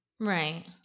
Right